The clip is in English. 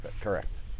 correct